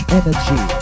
energy